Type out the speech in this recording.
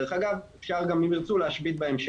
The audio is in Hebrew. דרך אגב, אפשר גם אם ירצו להשבית בהמשך.